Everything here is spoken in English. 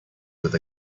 with